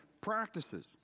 practices